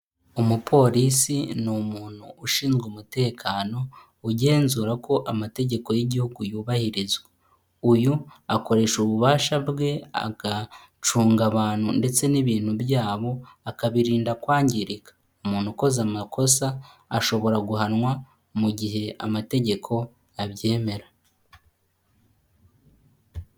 Umupolisi ni umuntu ushinzwe umutekano ugenzurako amategeko y'igihugu yubahirizwa, uyu akoresha ububasha bwe agacunga abantu ndetse n'ibintu byabo akabirinda kwangirika, umuntu ukoze amakosa ashobora guhanwa mu gihe amategeko abyemera.